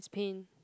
pain